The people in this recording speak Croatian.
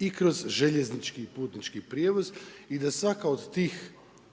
i kroz željeznički i putnički prijevoz i da svaka od